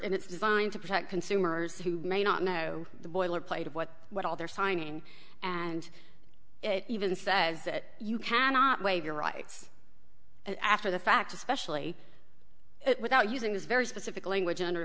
and it's designed to protect consumers who may not know the boilerplate of what what all they're signing and it even says that you cannot wave your rights after the fact especially without using this very specific language under